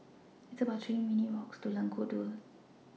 It's about three minutes' Walk to Lengkok Dua